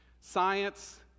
Science